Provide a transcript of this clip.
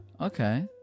Okay